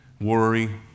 worry